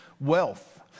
wealth